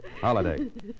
Holiday